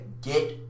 get